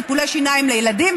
טיפולי שיניים לילדים.